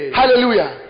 hallelujah